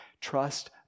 trust